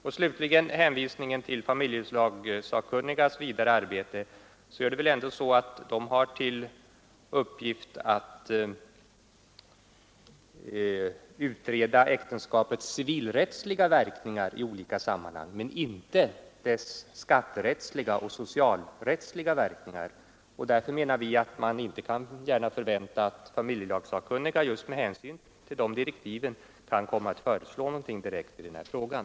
För det tredje: När det gäller familjelagssakkunnigas vidare arbete är det väl ändå så, att de har till uppgift att utreda äktenskapets civilrättsliga verkningar i olika sammanhang men inte dess skatterättsliga och socialrättsliga verkningar. Just med hänsyn till de direktiven menar vi att man inte gärna kan förvänta att familjelagssakkunniga kan komma att föreslå någonting direkt i den här frågan.